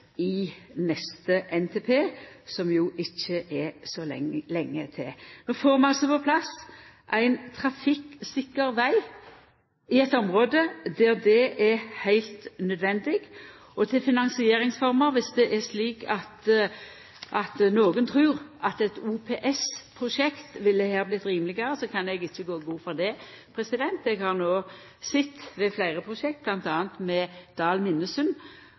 i neste NTP, som jo ikkje er så lenge til. Vi får altså på plass ein trafikksikker veg i eit område der det er heilt nødvendig. Og til finansieringsforma: Viss nokon trur at eit OPS-prosjekt her ville vorte rimelegare, så kan eg ikkje gå god for det. Alle prosjekt må jo betalast. På Dal–Minnesund t.d. leverer dei no